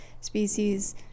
species